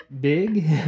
big